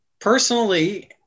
Personally